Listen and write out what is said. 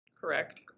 Correct